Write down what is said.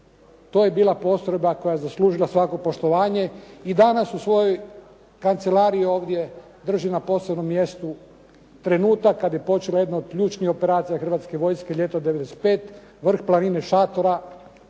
To je bila postrojba koja je zaslužila svako poštovanje. I danas u svojoj kancelariji ovdje drži na posebnom mjestu trenutak kad bi počeli odmah od ključnih operacija Hrvatske vojske ljeto '95., vrh planine Šatora,